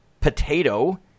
potato